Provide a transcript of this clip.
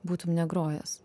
būtum negrojęs